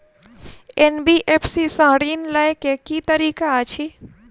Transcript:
NBFC सँ ऋण लय केँ की तरीका अछि?